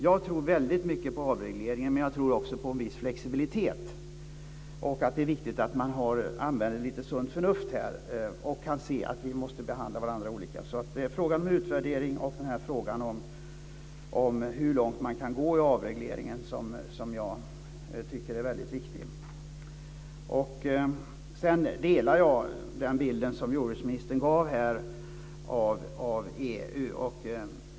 Jag tror väldigt mycket på avregleringen, men jag tror också på en viss flexibilitet. Det är viktigt att man använder lite sunt förnuft här och kan se att vi måste behandla varandra olika. Det är alltså frågan om en utvärdering och frågan om hur långt man kan gå med avregleringen som jag tycker är väldigt viktiga. Sedan delar jag den bild som jordbruksministern gav av EU.